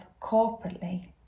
corporately